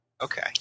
Okay